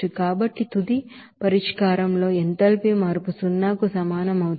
కాబట్టి తుది పరిష్కారం లో ఎంథాల్పీ మార్పు సున్నాకు సమానం అవుతుంది